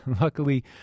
Luckily